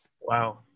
wow